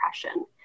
depression